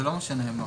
לא מה שנאמר כאן.